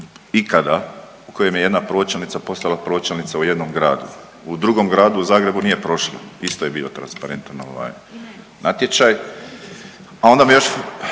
u kojem je jedna pročelnica postala pročelnica u jednom gradu. U drugom gradu u Zagrebu nije prošla, isto je bio transparentan ovaj natječaj, a onda me još